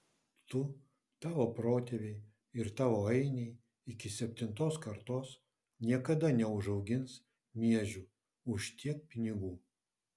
tu tavo protėviai ir tavo ainiai iki septintos kartos niekada neišaugins miežių už tiek pinigų